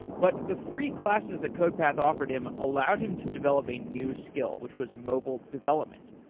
but the free classes that codepath offered him allowed him to develop a new skill, which was mobile development.